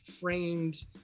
framed